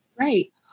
Right